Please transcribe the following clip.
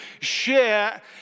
share